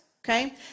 okay